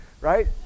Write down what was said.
right